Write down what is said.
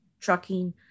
trucking